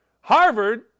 Harvard